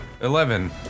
Eleven